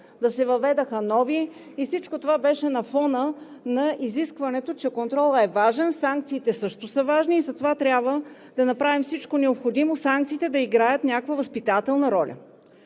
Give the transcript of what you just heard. да се въведоха нови, и всичко това беше на фона на изискването, че контролът е важен, санкциите също са важни и затова трябва да направим всичко необходимо санкциите да играят някаква възпитателна роля.